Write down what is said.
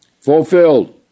Fulfilled